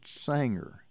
Sanger